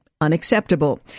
unacceptable